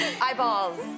Eyeballs